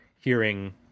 hearing